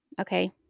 okay